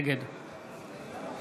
נגד